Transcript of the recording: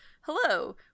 hello